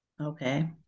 okay